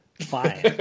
Fine